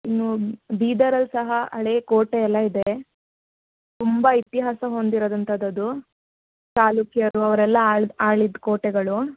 ಇನ್ನು ಬೀದರಲ್ಲಿ ಸಹ ಹಳೆಯ ಕೋಟೆಯೆಲ್ಲ ಇದೆ ತುಂಬ ಇತಿಹಾಸ ಹೊಂದಿರುದಂಥದ್ದು ಅದು ಚಾಲುಕ್ಯರು ಅವರೆಲ್ಲ ಆಳಿ ಆಳಿದ ಕೋಟೆಗಳು